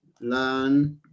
learn